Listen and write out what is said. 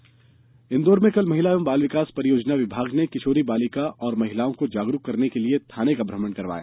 बाल विकास इंदौर में कल महिला एवं बाल विकास परियोजना विभाग ने किशोरी बालिका और महिलाओं को जागरुक करने के लिए थाने का भ्रमण करवाया